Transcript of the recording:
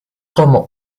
como